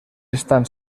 estan